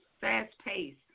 fast-paced